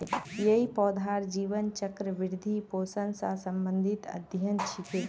यई पौधार जीवन चक्र, वृद्धि, पोषण स संबंधित अध्ययन छिके